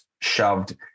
shoved